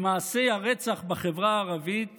למעשי הרצח בחברה הערבית